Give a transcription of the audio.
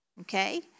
Okay